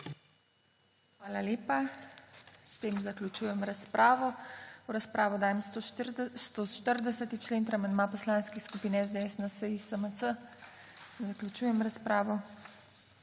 Hvala lepa. S tem zaključujem razpravo. V razpravo dajem 140. člen ter amandma poslanskih skupin SDS, NSi, SMC. Zaključujem razpravo.